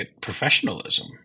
professionalism